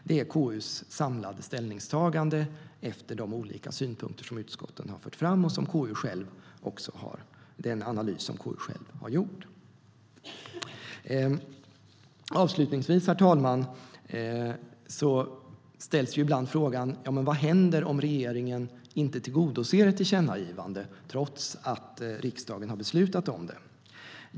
Det är KU:s samlade ställningstagande efter de olika synpunkter som utskotten har fört fram och den analys som KU självt har gjort. Herr talman! Ibland ställs frågan: Vad händer om regeringen inte tillgodoser ett tillkännagivande trots att riksdagen har beslutat om det?